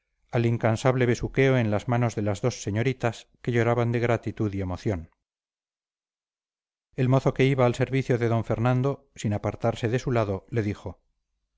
al incansable besuqueo en las manos de las dos señoritas que lloraban de gratitud y emoción el mozo que iba al servicio de d fernando sin apartarse de su lado le dijo